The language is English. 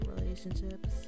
relationships